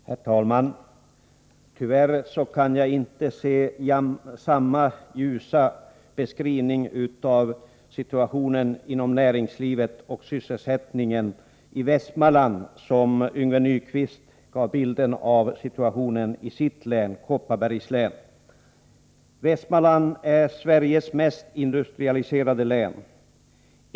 Herr talman! Tyvärr kan jag inte ge samma ljusa beskrivning av situationen i fråga om näringsliv och sysselsättning i Västmanland som den Yngve Nyquist gav beträffande sitt län, Kopparbergs län. Västmanland är Sveriges mest industrialiserade län.